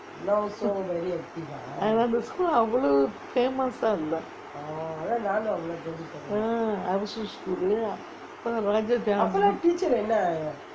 அந்த:antha school அவ்ளோ:avlo famous ah இல்லே:illae ah அரசு:arasu school அப்ரோ:apro